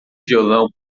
violão